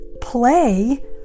play